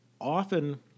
often